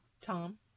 Tom